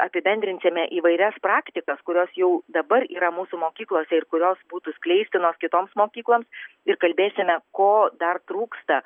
apibendrinsime įvairias praktikas kurios jau dabar yra mūsų mokyklose ir kurios būtų skleistinos kitoms mokykloms ir kalbėsime ko dar trūksta